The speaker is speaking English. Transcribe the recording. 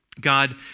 God